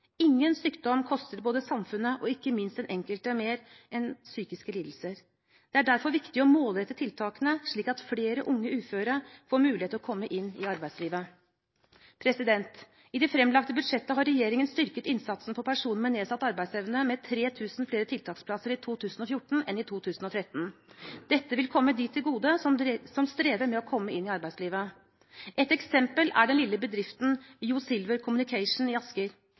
Ingen sykdom koster både samfunnet og ikke minst den enkelte mer enn psykiske lidelser. Det er derfor viktig å målrette tiltakene, slik at flere unge uføre får mulighet til å komme inn i arbeidslivet. I det framlagte budsjettet har regjeringen styrket innsatsen for personer med nedsatt arbeidsevne med 3 000 flere tiltaksplasser i 2014 enn i 2013. Dette vil komme dem som strever med å komme inn i arbeidslivet, til gode. Et eksempel er den lille bedriften Joe Silver Communication i Asker.